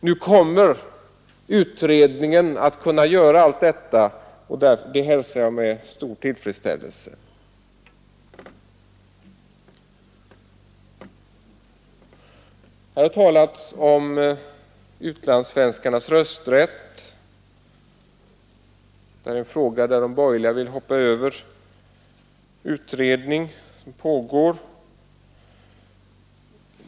Nu kommer utredningen att kunna göra allt detta, och det hälsar jag med tillfredsställelse. Det har talats om utlandssvenskarnas rösträtt. Det är en fråga där de borgerliga vill hoppa över en utredning som pågår.